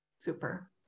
Super